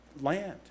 land